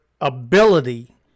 ability